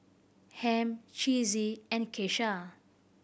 Ham Chessie and Keisha